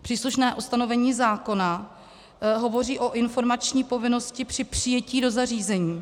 Příslušné ustanovení zákona hovoří o informační povinnosti při přijetí do zařízení.